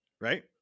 Right